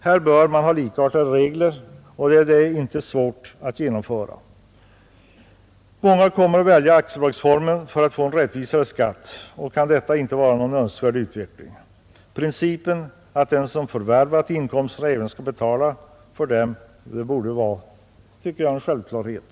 Här bör man ha likartade regler, och det är inte svårt att genomföra. Många kommer att välja aktiebolagsformen för att få en mer rättvis skatt, och det kan inte vara någon önskvärd utveckling. Principen att den som förvärvat inkomsterna även skall beskattas för dem tycker jag borde vara en självklarhet.